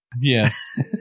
Yes